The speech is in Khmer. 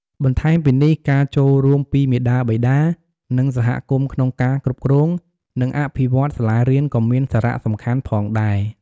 បន្ថែមពីនេះ ការចូលរួមពីមាតាបិតា និងសហគមន៍ក្នុងការគ្រប់គ្រង និងអភិវឌ្ឍន៍សាលារៀនក៏មានសារៈសំខាន់ផងដែរ។